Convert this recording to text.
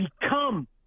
Become